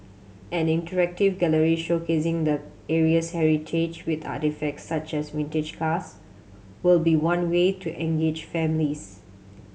an interactive gallery showcasing the area's heritage with artefacts such as vintage cars will be one way to engage families